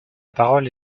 parole